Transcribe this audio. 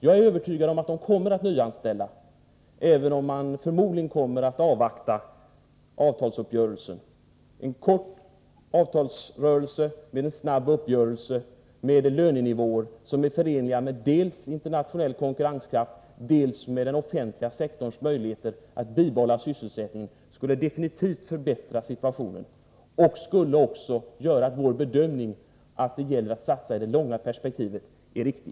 Jag är övertygad om att industrin kommer att nyanställa, även om den förmodligen kommer att avvakta avtalsuppgörelsen. En kort avtalsrörelse och en snabb uppgörelse med lönenivåer som är förenliga med dels internationell konkurrenskraft, dels den offentliga sektorns möjligheter att bibehålla sysselsättningen, skulle avgjort förbättra situationen. Det skulle också göra att vår bedömning, att det gäller att satsa i det långa perspektivet, är riktig.